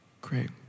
Great